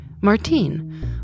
Martine